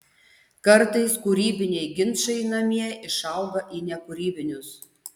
kartais kūrybiniai ginčai namie išauga į nekūrybinius